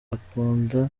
akunda